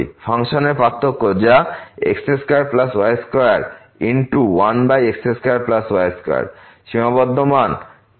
ফাংশনের পার্থক্য যা x2y21x2y2 সীমাবদ্ধ মান 0 এর চেয়ে কম